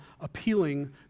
appealing